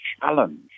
challenge